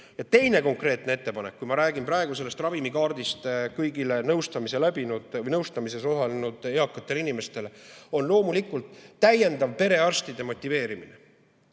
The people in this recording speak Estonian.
Teine konkreetne ettepanek, kui ma räägin praegu sellest ravimikaardist kõigile nõustamise läbinud eakatele inimestele, on loomulikult täiendav perearstide motiveerimine.